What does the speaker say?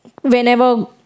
whenever